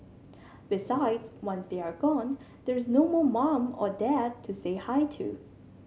besides once they are gone there's no more mum or dad to say hi to